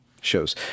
shows